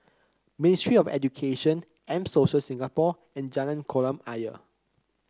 Ministry of Education M Social Singapore and Jalan Kolam Ayer